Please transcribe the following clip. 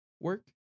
work